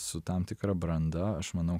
su tam tikra branda aš manau